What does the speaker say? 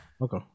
okay